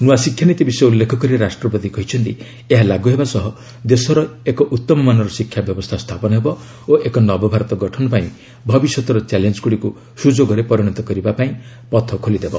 ନୂଆ ଶିକ୍ଷାନୀତି ବିଷୟ ଉଲ୍ଲେଖ କରି ରାଷ୍ଟ୍ରପତି କହିଛନ୍ତି ଏହା ଲାଗୁହେବା ସହ ଦେଶର ଏକ ଉତ୍ତମମାନର ଶିକ୍ଷା ବ୍ୟବସ୍ଥା ସ୍ଥାପନ ହେବ ଓ ଏକ ନବଭାରତ ଗଠନ ପାଇଁ ଭବିଷ୍ୟତର ଚ୍ୟାଲେଞ୍ଜଗୁଡ଼ିକୁ ସୁଯୋଗରେ ପରିଣତ କରିବା ଲାଗି ପଥ ଖୋଲିଦେବ